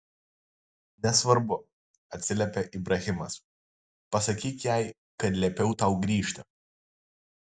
nesvarbu atsiliepė ibrahimas pasakyk jai kad liepiau tau grįžti